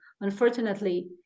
unfortunately